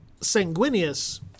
Sanguinius